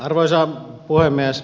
arvoisa puhemies